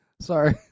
Sorry